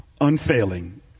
unfailing